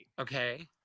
Okay